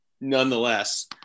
nonetheless